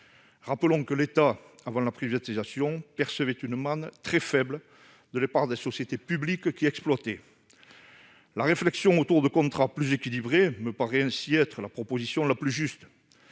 Rappelons que l'État, avant la privatisation, percevait une manne très faible de la part des sociétés publiques qui exploitaient ce réseau. La réflexion autour de contrats plus équilibrés me paraît ainsi être la proposition la plus juste.